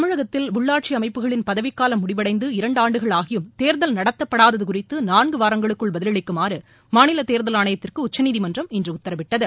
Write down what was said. தமிழகத்தில் உள்ளாட்சி அமைப்புகளின் பதவிக்காலம் முடிவடைந்து இரண்டு ஆண்டுகள் ஆகியும் தேர்தல் நடத்தப்படாதது குறித்து நான்கு வாரங்களுக்குள் பதிலளிக்குமாறு மாநில தேர்தல் ஆணையத்துக்கு உச்சநீதிமன்றம் இன்று உத்தரவிட்டது